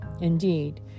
Indeed